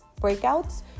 breakouts